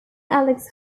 alex